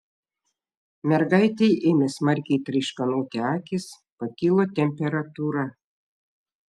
mergaitei ėmė smarkiai traiškanoti akys pakilo temperatūra